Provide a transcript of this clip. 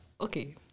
Okay